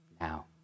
now